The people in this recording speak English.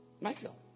Michael